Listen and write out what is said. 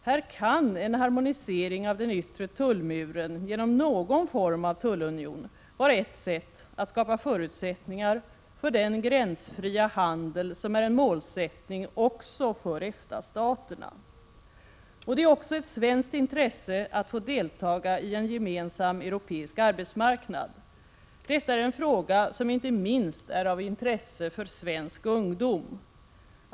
Här kan en harmonisering av den yttre tullmuren genom någon form av tullunion vara ett sätt att skapa förutsättningar för den gränsfria handel som är en målsättning också för EFTA-staterna. Det är också ett svenskt intresse att få delta i en gemensam europeisk arbetsmarknad. Detta är en fråga som inte minst är av intresse för svensk ungdom.